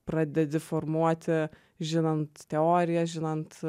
pradedi formuoti žinant teoriją žinant